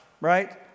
right